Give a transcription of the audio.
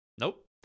nope